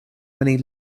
many